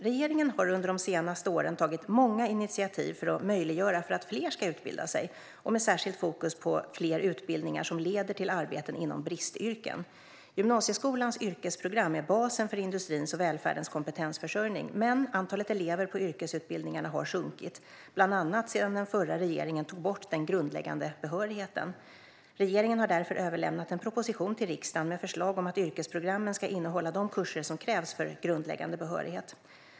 Regeringen har under de senaste åren tagit många initiativ för att möjliggöra att fler utbildar sig och haft särskilt fokus på fler utbildningar som leder till arbeten inom bristyrken. Gymnasieskolans yrkesprogram är basen för industrins och välfärdens kompetensförsörjning, men antalet elever på yrkesutbildningen har sjunkit, bland annat sedan den förra regeringen tog bort den grundläggande behörigheten. Regeringen har därför överlämnat en proposition till riksdagen med förslag om att yrkesprogrammen ska innehålla de kurser som krävs för grundläggande behörighet.